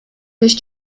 durch